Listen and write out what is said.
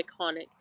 iconic